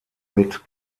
mit